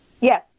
Yes